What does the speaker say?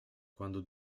quando